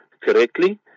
correctly